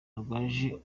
arwaje